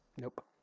Nope